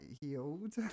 healed